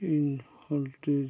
ᱤᱧ ᱯᱳᱞᱴᱨᱤ